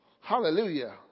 Hallelujah